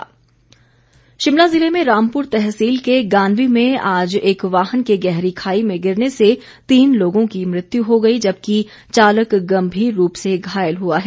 दुर्घटना शिमला जिले में रामपुर तहसील के गानवी में आज एक वाहन के गहरी खाई में गिरने से तीन लोगों की मृत्यु हो गई जबकि चालक गंभीर रूप से घायल हुआ है